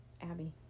Abby